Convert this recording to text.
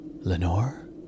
Lenore